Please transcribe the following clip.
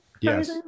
Yes